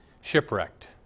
shipwrecked